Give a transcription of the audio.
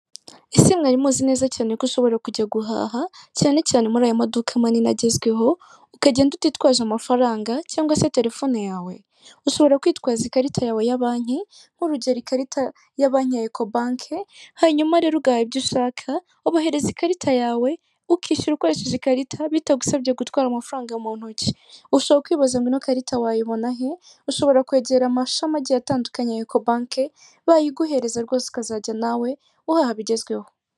Ese mwari muzi neza cyane ko ushobora kujya guhaha cyane cyane muri aya maduka manini agezweho ukagenda utitwaje amafaranga cyangwa se telefone yawe? Ushobora kwitwaza ikarita yawe ya banki nk'urugero ikarita ya banki ya Ekobanki hanyuma rero ugahaha ibyo ushaka, ubahereza ikarita yawe ukishyura ukoresheje ikarita bitagusabye gutwara amafaranga mu ntoki. Ushobora kwibaza ngo ino karita wayibona hehe? Ushobora kwegera amashami agiye atandukanye ya Ekobanke bayiguhereza rwose ukazajya nawe uhabigezweho.